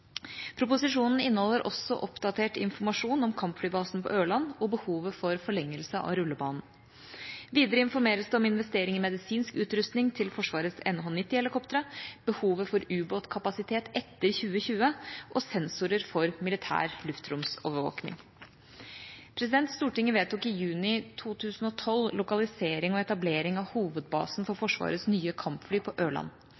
Proposisjonen inneholder også oppdatert informasjon om kampflybasen på Ørland og behovet for forlengelse av rullebanen. Videre informeres det om investering i medisinsk utrustning til Forsvarets NH90-helikoptre, behovet for ubåtkapasitet etter 2020 og sensorer for militær luftromsovervåkning. Stortinget vedtok i juni 2012 lokalisering og etablering av hovedbasen for Forsvarets nye kampfly på Ørland.